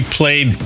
played